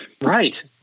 right